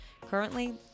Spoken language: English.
currently